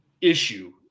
issue